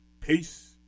Peace